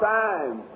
time